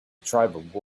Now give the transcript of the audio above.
tribal